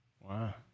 Wow